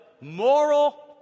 moral